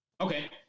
Okay